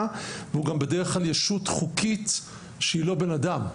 והוא גם בדרך כלל ישות חוקית שהיא לא בן אדם,